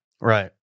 Right